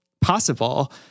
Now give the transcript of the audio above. possible